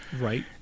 Right